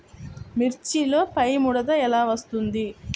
మిర్చిలో పైముడత ఎలా వస్తుంది?